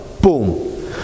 Boom